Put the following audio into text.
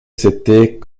s’était